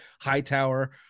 Hightower